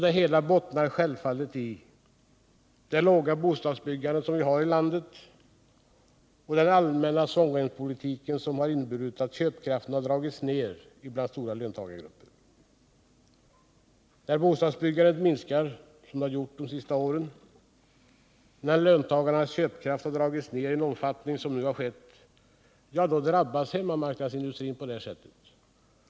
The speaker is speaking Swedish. Det hela bottnar självfallet i det låga bostadsbyggandet i landet och den allmänna svångremspolitiken, som har inneburit att köpkraften har dragits ned bland de stora löntagargrupperna. När bostadsbyggandet minskar, som det gjort de senaste åren, och när löntagarnas köpkraft har dragits ned i den omfattning som nu har skett, ja, då drabbas hemmamarknadsindustrin på ett påtagligt sätt.